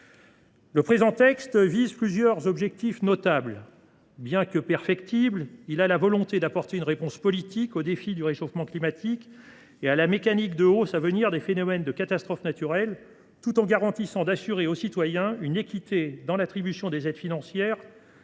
Ce texte fixe plusieurs objectifs notables. Bien que perfectible, il a la volonté d’apporter une réponse politique au défi du réchauffement climatique et à la mécanique de hausse à venir des phénomènes de catastrophes naturelles, tout en garantissant aux citoyens une équité dans l’attribution des aides financières